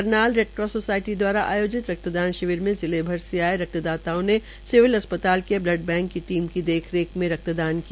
Karnal red cross society दवारा आयोजित रक्तदान शिविर मे जिलेभर से आये रक्त दाताओं ने सिविल अस्पताल के बल्ड बैंक की देखरेख में रक्त दान किया